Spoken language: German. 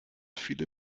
viele